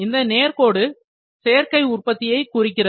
இந்த நேர்கோடு சேர்க்கை உற்பத்தியை குறிக்கிறது